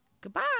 Goodbye